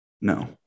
No